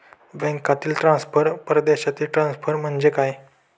बँकांतील ट्रान्सफर, परदेशातील ट्रान्सफर म्हणजे काय?